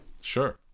Sure